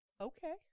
okay